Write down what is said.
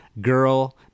Girl